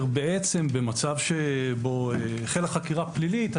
במצב שבו החלה חקירה פלילית,